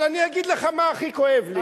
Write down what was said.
אבל אני אגיד לך מה הכי כואב לי.